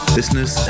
Business